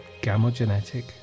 gamogenetic